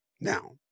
Now